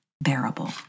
bearable